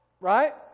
Right